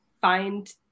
find